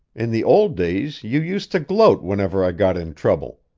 in the old days you used to gloat whenever i got in trouble.